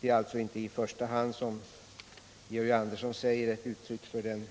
Det är alltså inte, som Georg Andersson säger, i första hand ett uttryck för den